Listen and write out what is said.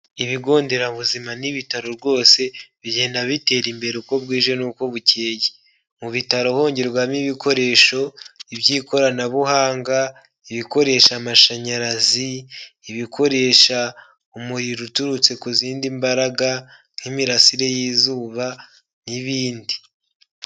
Ibigo nderabuzima n'ibitaro rwose, bigenda bitera imbere uko bwije n'uko bukeye, mu bitaro hongerwamo ibikoresho, iby'ikoranabuhanga, ibikoresha amashanyarazi, ibikoresha umuriro uturutse ku zindi mbaraga nk'imirasire y'izuba n'ibindi.